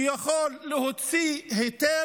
שיוכלו להוציא היתר.